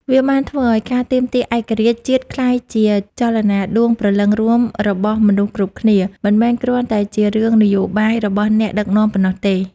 វាបានធ្វើឱ្យការទាមទារឯករាជ្យជាតិក្លាយជាចលនាដួងព្រលឹងរួមរបស់មនុស្សគ្រប់គ្នា មិនមែនគ្រាន់តែជារឿងនយោបាយរបស់អ្នកដឹកនាំប៉ុណ្ណោះទេ។